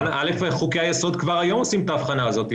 חוקי היסוד כבר היום עושים את האבחנה הזאת,